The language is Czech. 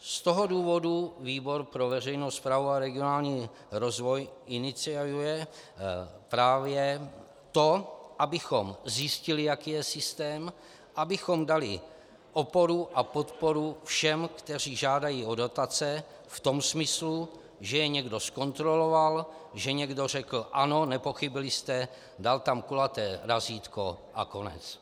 Z toho důvodu výbor pro veřejnou správu a regionální rozvoj iniciuje právě to, abychom zjistili, jaký je systém, abychom dali oporu a podporu všem, kteří žádají o dotace, v tom smyslu, že je někdo zkontroloval, že někdo řekl ano, nepochybili jste, dal tam kulaté razítko a konec.